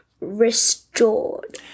restored